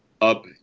up